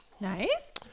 Nice